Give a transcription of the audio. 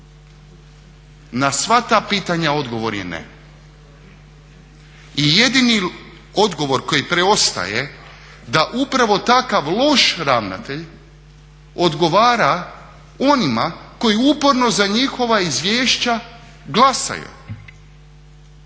Na sva ta pitanja odgovor je ne. I jedini odgovor koji preostaje da upravo takav loš ravnatelj odgovara onima koji uporno za njihova izvješća glasaju.